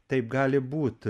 taip gali būt